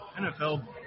NFL